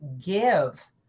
give